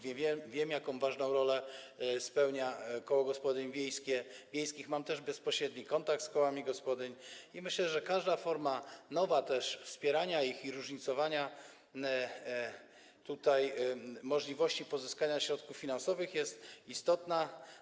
Wiem, jaką ważną rolę spełnia koło gospodyń wiejskich, mam bezpośredni kontakt z kołami gospodyń i myślę, że każda forma - nowa też - wspierania ich i różnicowania możliwości pozyskania środków finansowych jest istotna.